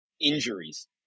injuries